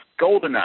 Goldeneye